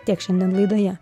tiek šiandien laidoje